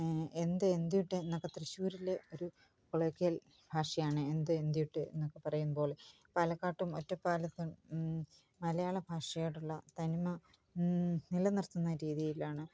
എന്ത് എന്തൂട്ട് എന്നൊക്കെ തൃശ്ശൂരിലെ ഒരു കൊളോക്കിയൽ ഭാഷയാണ് എന്ത് എന്തൂട്ട് എന്നൊക്കെ പറയും പോലെ പാലക്കാട്ടും ഒറ്റപ്പാലത്തും മലയാള ഭാഷയോടുള്ള തനിമ നിലനിർത്തുന്ന രീതിയിലാണ്